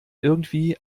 irgendwie